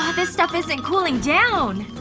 ah this stuff isn't cooling down.